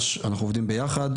אנחנו עובדים ביחד.